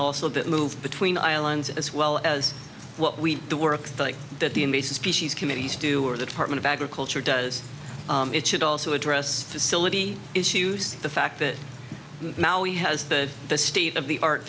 also bit move between islands as well as what we the work that the invasive species committees do or the department of agriculture does it should also address facility issues the fact that now he has the the state of the art